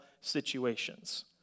situations